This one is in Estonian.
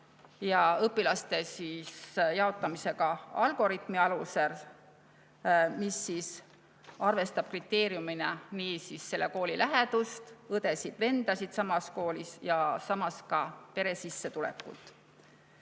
ja õpilaste jaotamisega algoritmi alusel, mis arvestab kriteeriumina nii kooli lähedust, õdesid-vendasid samas koolis ja ka pere sissetulekut.